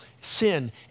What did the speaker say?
sin